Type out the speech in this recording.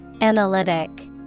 Analytic